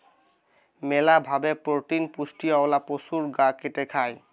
মেলা ভাবে প্রোটিন পুষ্টিওয়ালা পশুর গা কেটে খায়